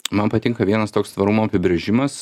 man patinka vienas toks tvarumo apibrėžimas